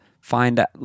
find